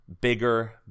bigger